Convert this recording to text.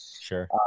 sure